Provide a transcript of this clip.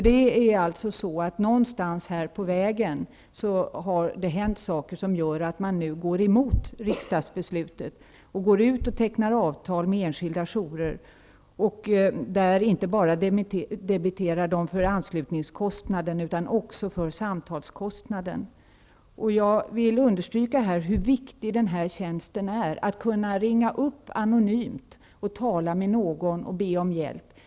Det har alltså någonstans på vägen hänt saker som gör att man nu går emot riksdagsbeslutet. Man går ut och tecknar avtal med enskilda jourer, där man inte bara debiterar dem för anslutningskostnaden utan också för samtalskostnaden. Jag vill understryka hur viktig den här tjänsten är, det är viktigt att kunna ringa upp anonymt, tala med någon och be om hjälp.